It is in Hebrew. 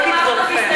היא מונחת על שולחנכם.